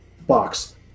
box